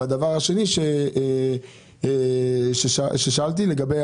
והדבר השני ששאלתי הוא לגבי